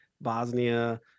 Bosnia